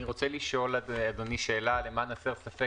אני רוצה לשאול שאלה למען הסר ספק,